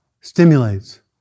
stimulates